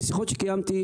משיחות שקיימתי,